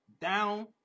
down